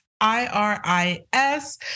I-R-I-S